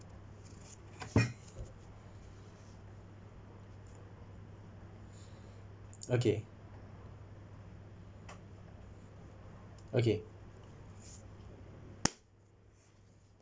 okay okay